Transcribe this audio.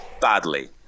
Badly